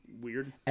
weird